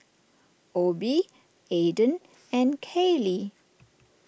Obie Ayden and Kayley